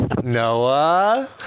Noah